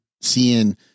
seeing